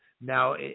Now